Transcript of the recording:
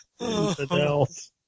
infidels